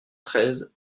treize